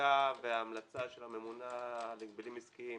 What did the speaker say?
הבדיקה וההמלצה של הממונה על הגבלים עסקיים